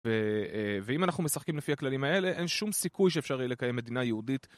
ואם אנחנו משחקים לפי הכללים האלה, אין שום סיכוי שאפשר יהיה לקיים מדינה יהודית.